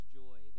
joy